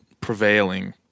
prevailing